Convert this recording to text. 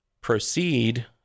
proceed